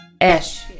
Ash